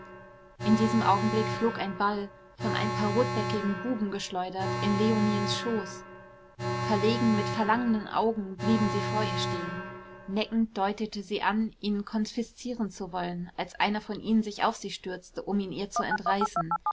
in diesem augenblick flog ein ball von ein paar rotbäckigen buben geschleudert in leoniens schoß verlegen mit verlangenden augen blieben sie vor ihr stehen neckend deutete sie an ihn konfiszieren zu wollen als einer von ihnen sich auf sie stürzte um ihn ihr zu entreißen